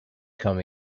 come